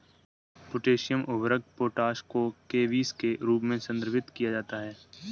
potassium उर्वरक potash को केबीस के रूप में संदर्भित किया जाता है